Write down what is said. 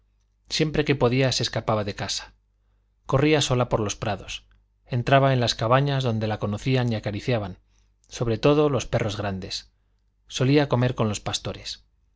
siempre que podía se escapaba de casa corría sola por los prados entraba en las cabañas donde la conocían y acariciaban sobre todo los perros grandes solía comer con los pastores